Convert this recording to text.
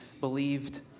believed